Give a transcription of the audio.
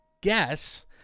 guess